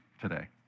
today